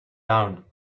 down